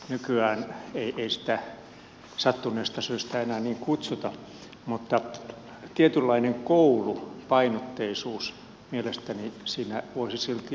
nykyään ei sitä sattuneesta syystä enää siksi kutsuta mutta tietynlainen koulupainotteisuus mielestäni siinä voisi silti olla